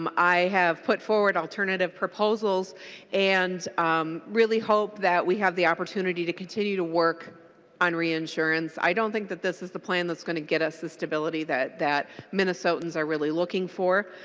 um i have put forward alternative propos als and um really hope that we have the opportunity to continue to work on reinsurance. i don't think this is the plan that's going to get us the stability that that minnesotans are really looking for.